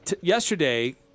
Yesterday